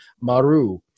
Maru